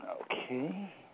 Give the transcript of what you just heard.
Okay